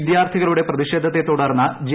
വിദ്യാർത്ഥികളുടെ പ്രതിഷേധത്തെ തുടർന്ന് ജെ